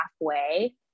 halfway